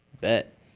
Bet